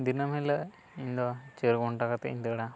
ᱫᱤᱱᱟᱹᱢ ᱦᱤᱞᱳᱜ ᱤᱧ ᱫᱚ ᱪᱟᱹᱨ ᱜᱷᱚᱱᱴᱟ ᱠᱟᱛᱮᱫ ᱤᱧ ᱫᱟᱹᱲᱟ